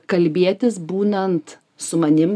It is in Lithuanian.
kalbėtis būnant su manim